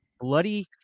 bloody